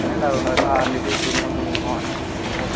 നിങ്ങളെ കാറിൻ്റെ ഡീറ്റേൽ മൊത്തം ഈ